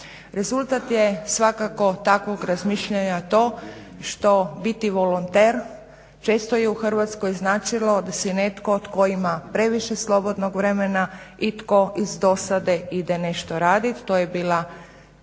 Rezultat je svakako takvog razmišljanja to što biti volonter često je u Hrvatskoj značilo da si netko tko ima previše slobodnog vremena i tko iz dosade ide nešto raditi. to je bila